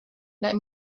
let